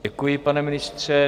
Děkuji, pane ministře.